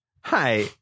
Hi